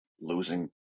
losing